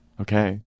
okay